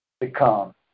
become